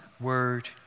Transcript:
Word